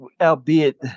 Albeit